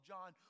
John